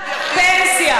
אתם חלק מדיקטטורה.